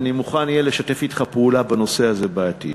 ואני מוכן אהיה לשתף אתך פעולה בנושא הזה בעתיד.